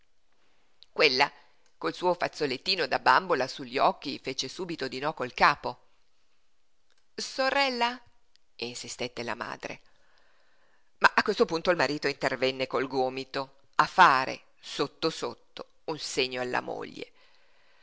quella col suo fazzolettino da bambola sugli occhi fece subito di no col capo sorella insistette la madre ma a questo punto il marito intervenne col gomito a fare sotto sotto un segno alla moglie